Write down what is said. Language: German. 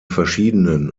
verschiedenen